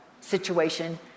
situation